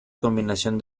combinación